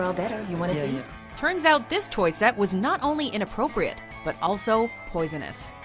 so but you know yeah turns out, this toy set was not only inappropriate, but also poisonous.